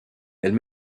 elle